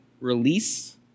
release